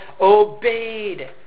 obeyed